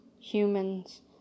Humans